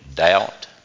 doubt